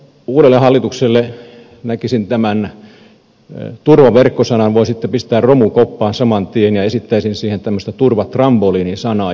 uudelle hallitukselle näkisin että turvaverkko sanan voi sitten panna romukoppaan saman tien ja esittäisin siihen tämmöistä turvatrampoliini sanaa